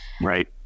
right